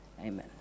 Amen